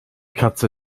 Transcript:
katze